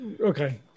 Okay